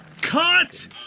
Cut